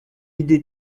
idée